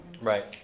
Right